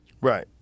Right